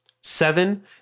Seven